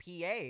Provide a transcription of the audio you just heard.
PA